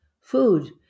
food